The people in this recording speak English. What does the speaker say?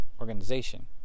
Organization